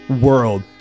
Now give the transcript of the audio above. world